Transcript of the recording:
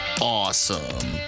awesome